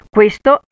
Questo